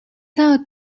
сайн